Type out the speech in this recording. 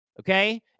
okay